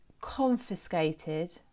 confiscated